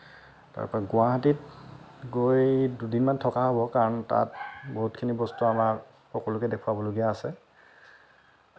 তাৰপৰা গুৱাহাটীত গৈ দুদিনমান থকা হ'ব কাৰণ তাত বহুতখিনি বস্তু আমাৰ সকলোকে দেখোৱাবলগীয়া আছে